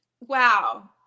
Wow